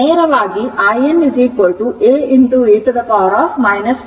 ಆದ್ದರಿಂದ ನೇರವಾಗಿ in a e t tτ ಎಂದು ಬರೆಯುತ್ತೇನೆ